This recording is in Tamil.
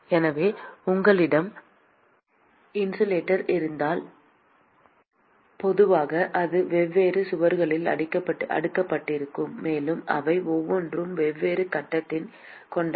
எனவே உங்களிடம் இன்சுலேட்டர் இருந்தால் பொதுவாக அது வெவ்வேறு சுவர்களால் அடுக்கப்பட்டிருக்கும் மேலும் அவை ஒவ்வொன்றும் வெவ்வேறு கடத்துத்திறன் கொண்டவை